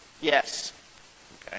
Yes